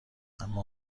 اما